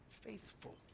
faithful